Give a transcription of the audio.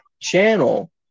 channel